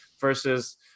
versus